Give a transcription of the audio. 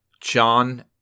John